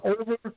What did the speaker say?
over